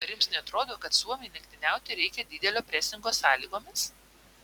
ar jums neatrodo kad suomiui lenktyniauti reikia didelio presingo sąlygomis